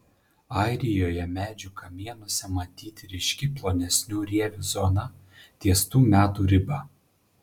airijoje medžių kamienuose matyti ryški plonesnių rievių zona ties tų metų riba